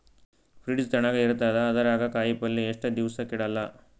Fridge ತಣಗ ಇರತದ, ಅದರಾಗ ಕಾಯಿಪಲ್ಯ ಎಷ್ಟ ದಿವ್ಸ ಕೆಡಲ್ಲ?